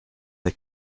the